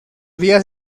vías